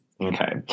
okay